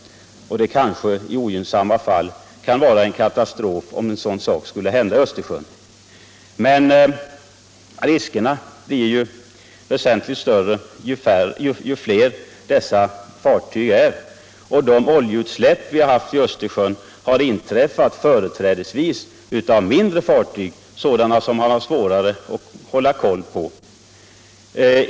Det kanske i ogynnsamma fall kan vara en katastrof om något sådant händer i Östersjön. Men riskerna blir väsentligt större ju fler dessa fartyg är, och de oljeutsläpp som vi har haft i Östersjön har företrädesvis förorsakats av mindre fartyg, sådana som det är svårare att hålla koll på.